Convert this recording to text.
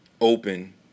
open